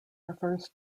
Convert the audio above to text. refers